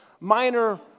minor